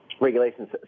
regulations